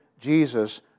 Jesus